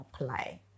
apply